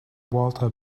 walter